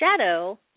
shadow